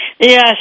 Yes